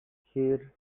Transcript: her